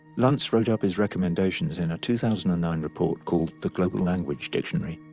luntz wrote up his recommendations in a two thousand and nine report called the global language dictionary.